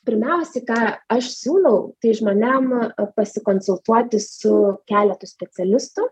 pirmiausiai ką aš siūlau tai žmonėm pasikonsultuoti su keletu specialistų